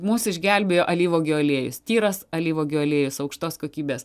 mus išgelbėjo alyvuogių aliejus tyras alyvuogių aliejus aukštos kokybės